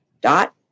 dot